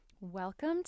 Welcome